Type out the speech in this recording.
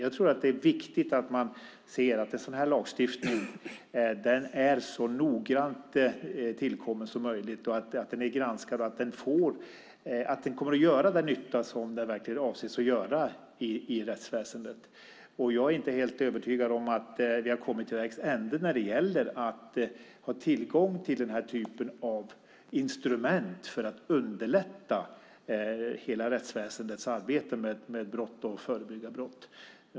Jag tror att det är viktigt att man ser till att en sådan här lagstiftning är så noggrant tillkommen som möjligt, att den är granskad och att den kommer att göra den nytta som den är avsedd att göra i rättsväsendet. Jag är inte helt övertygad om att vi har kommit till vägs ände när det gäller att ha tillgång till den här typen av instrument för att underlätta hela rättsväsendets arbete med att förebygga brott.